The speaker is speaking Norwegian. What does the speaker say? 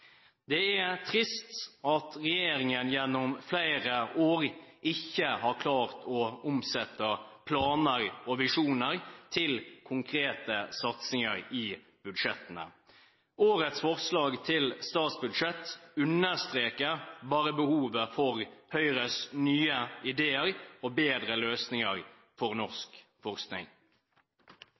Det er trist at regjeringen gjennom flere år ikke har klart å omsette planer og visjoner til konkrete satsinger i budsjettene. Årets forslag til statsbudsjett understreker bare behovet for Høyres nye ideer og bedre løsninger for norsk forskning.